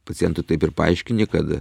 pacientui taip ir paaiškini kad